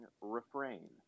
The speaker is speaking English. Refrain